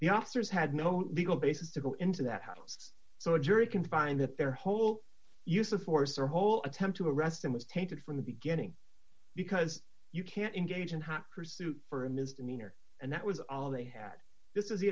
the officers had no legal basis to go into that house so a jury can find that their whole use of force or whole attempt to arrest him was tainted from the beginning because you can't engage in hot pursuit for a misdemeanor and that was all they had this is the